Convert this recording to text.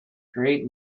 create